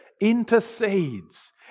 intercedes